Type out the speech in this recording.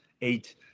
eight